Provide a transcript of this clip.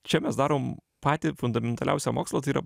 čia mes darom patį fundamentaliausią mokslą tai yra